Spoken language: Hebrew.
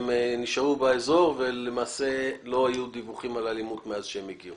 והם נשארו באזור ולמעשה לא היו דיווחים על אלימות מאז שהם הגיעו.